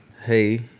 Hey